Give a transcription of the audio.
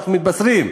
ואנחנו מתבשרים,